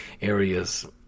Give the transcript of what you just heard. areas